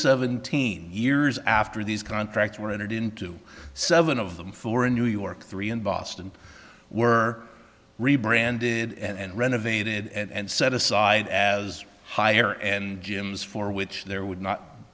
seventeen years after these contracts were entered into seven of them for a new york three in boston were rebranded and renovated and set aside as higher and gyms for which there would not